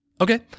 Okay